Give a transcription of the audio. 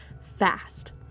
...fast